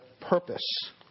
purpose